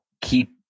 keep